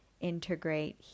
integrate